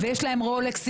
ויש להם רולקסים.